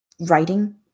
writing